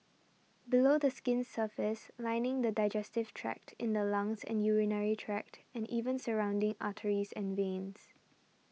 below the skin's surface lining the digestive tract in the lungs and urinary tract and even surrounding arteries and veins